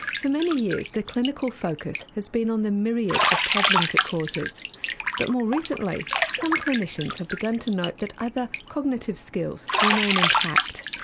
for many years the clinical focus has been on the myriad problems it causes but more recently some clinicians have begun to note that other cognitive skills remain intact,